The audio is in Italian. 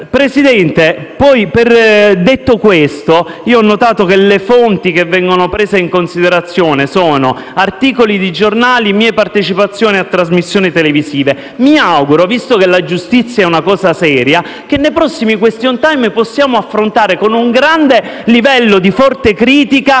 giustizia*. Detto questo, ho notato che le fonti che vengono prese in considerazione sono articoli di giornale e mie partecipazioni a trasmissioni televisive. Visto che la giustizia è una cosa seria, mi auguro che nei prossimi *question time* potremo affrontare con un grande livello di forte critica